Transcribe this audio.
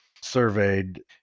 surveyed